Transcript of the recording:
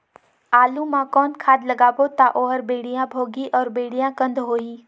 आलू मा कौन खाद लगाबो ता ओहार बेडिया भोगही अउ बेडिया कन्द होही?